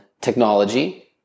technology